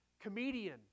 comedian